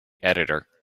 editor